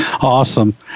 Awesome